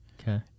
Okay